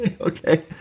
Okay